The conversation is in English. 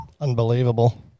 Unbelievable